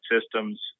systems